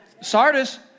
Sardis